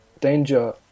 Danger